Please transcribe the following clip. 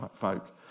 folk